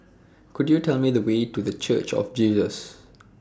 Could YOU Tell Me The Way to The Church of Jesus